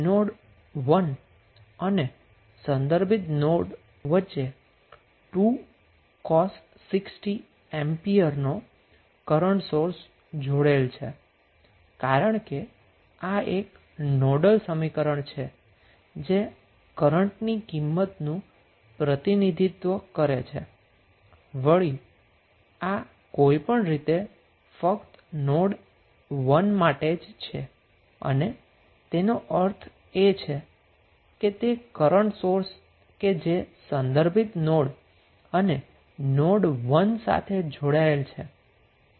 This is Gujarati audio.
હવે નોડ 1 અને રેફેરન્સ નોડ વચ્ચે 2 cos 6t એમ્પિયર નો કરન્ટ સોર્સ જોડેલ છે કારણ કે આ એક નોડલ સમીકરણ છે અને આ કરન્ટની વેલ્યુ રજુ કરે છે જે કોઈપણ રીતે ફક્ત નોડ 1 માટે જ છે અને તેનો અર્થ એ છે કે આ કરન્ટ સોર્સ એ રેફેરન્સ નોડ અને નોડ 1 સાથે જોડાયેલ છે